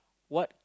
what